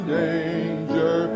danger